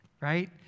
right